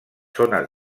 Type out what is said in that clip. zones